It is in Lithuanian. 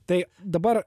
tai dabar